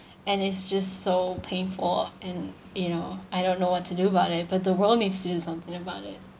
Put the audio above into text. and it's just so painful and you know I don't know what to do about it but world needs do something about it